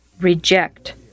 reject